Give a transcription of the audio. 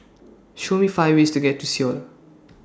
Show Me five ways to get to Seoul